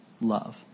love